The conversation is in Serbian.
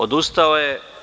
Odustao je.